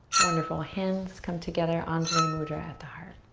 wonderful. hands come together, anjali mudra at the heart.